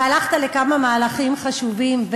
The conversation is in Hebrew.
והלכת כמה מהלכים חשובים,